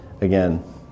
again